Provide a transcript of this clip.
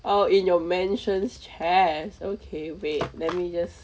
or in your mansions chest okay wait let me just